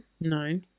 No